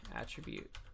attribute